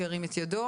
מי נגד?